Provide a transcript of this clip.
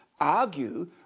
Argue